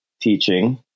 teaching